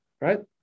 Right